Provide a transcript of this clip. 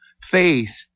Faith